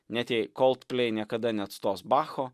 net jei coldplay niekada neatstos bacho